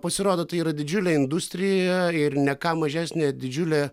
pasirodo tai yra didžiulė industrija ir ne ką mažesnė didžiulė